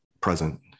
present